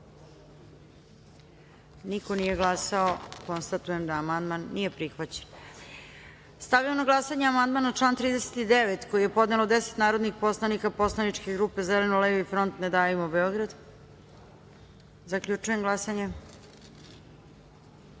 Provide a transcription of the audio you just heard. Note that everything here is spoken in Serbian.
za - niko. Konstatujem da amandman nije prihvaćen. Stavljam na glasanje amandman na član 42. koji je podnelo 10 narodnih poslanika poslaničke grupe Zeleno-levi front - Ne davimo Beograd. Zaključujem glasanje: